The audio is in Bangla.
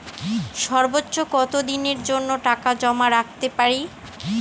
সর্বোচ্চ কত দিনের জন্য টাকা জমা রাখতে পারি?